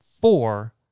four